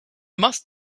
must